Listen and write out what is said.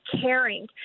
caring